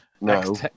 no